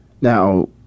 Now